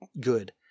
good